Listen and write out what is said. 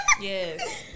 Yes